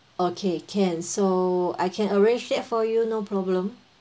okay can so I can arrange that for you no problem